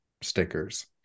stickers